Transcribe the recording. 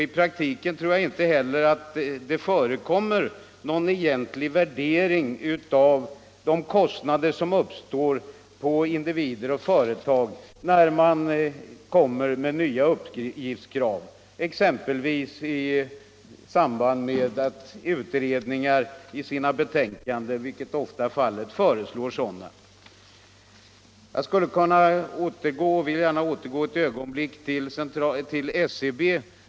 I praktiken tror jag inte heller att det förekommer någon egentlig värdering av de kostnader som uppstår för individer och företag när man kommer med nya uppgiftskrav, exempelvis i samband med att utredningar i sina betänkanden föreslår sådana, vilket ofta är fallet. Jag vill gärna återgå ett ögonblick till SCB.